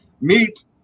meet